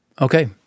Okay